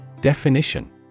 Definition